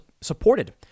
supported